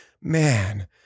Man